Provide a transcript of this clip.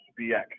BX